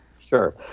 Sure